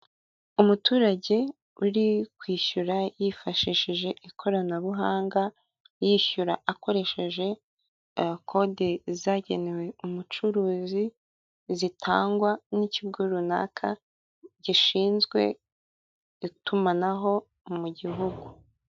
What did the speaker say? Umuturage uri kwishyura yifashishije ikoranabuhanga. Yishyura akoresheje kode zagenewe umucuruzi zitangwa n'ikigo runaka gishinzwe itumanaho mu gihugu.